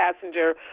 passenger